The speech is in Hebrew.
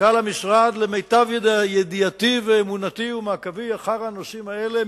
למיטב ידיעתי ואמונתי ומעקבי אחר הנושאים האלה,